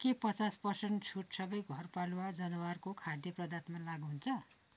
के पचास पर्सेन्ट छुट सबै घरपालुवा जनावरको खाद्य पदार्थमा लागु हुन्छ